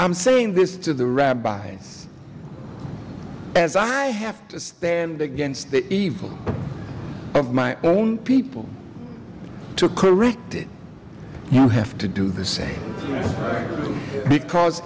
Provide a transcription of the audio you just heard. i'm saying this to the rabbis as i have to stand against the evil of my own people to correct it you have to do the same because